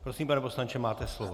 Prosím, pane poslanče, máte slovo.